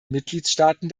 mitgliedstaaten